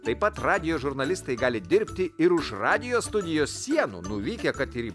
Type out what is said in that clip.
taip pat radijo žurnalistai gali dirbti ir už radijo studijos sienų nuvykę kad ir į